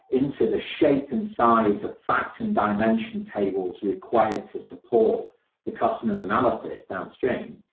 into the shape and size of fact and dimension tables required to support the customer s analysis downstream.